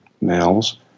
males